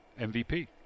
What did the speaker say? MVP